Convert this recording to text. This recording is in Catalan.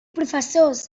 professors